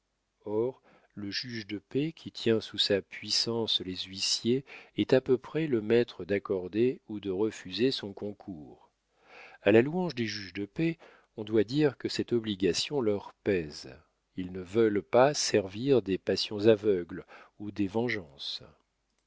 or le juge de paix qui tient sous sa puissance les huissiers est à peu près le maître d'accorder ou de refuser son concours a la louange des juges de paix on doit dire que cette obligation leur pèse ils ne veulent pas servir des passions aveugles ou des vengeances